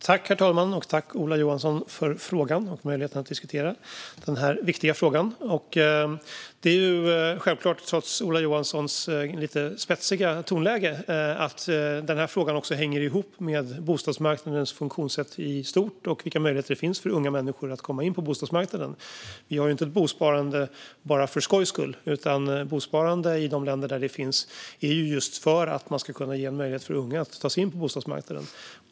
Herr talman! Tack, Ola Johansson, för frågan och för möjligheten att diskutera denna viktiga fråga! Det är, trots Ola Johanssons lite spetsiga tonläge, självklart att denna fråga hänger ihop med bostadsmarknadens funktionssätt i stort och vilka möjligheter det finns för unga människor att komma in på bostadsmarknaden. Man har ju inte ett bosparande bara för skojs skull, utan bosparande, i de länder där det finns, finns just för att man ska kunna ge en möjlighet för unga att ta sig in på bostadsmarknaden.